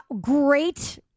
Great